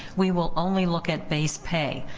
we will only look at base pay.